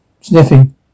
Sniffing